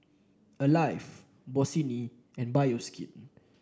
Alive Bossini and Bioskin